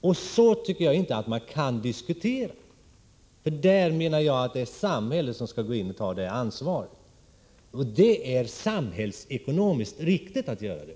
Jag tycker inte att man kan diskutera på ett sådant sätt. I fråga om detta anser jag att det är samhället som skall gå in och ta ansvar — det är samhällsekonomiskt riktigt att göra det.